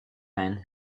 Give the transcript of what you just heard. peine